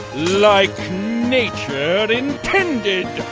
like nature intended,